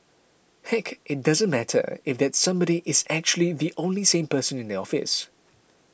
heck it doesn't matter if that somebody is actually the only sane person in the office